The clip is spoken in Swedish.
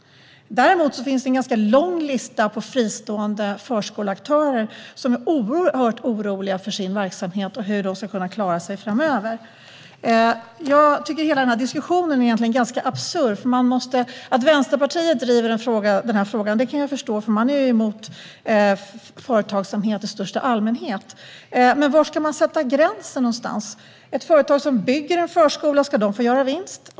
Däremot finns en lång lista på fristående förskoleaktörer som är oerhört oroliga för sina verksamheter och hur de ska klara sig framöver. Jag tycker att hela diskussionen är absurd. Att Vänsterpartiet driver frågan kan jag förstå, man är emot företagsamhet i största allmänhet, men var ska vi sätta gränsen någonstans? Ska ett företag som bygger en förskola få göra vinst?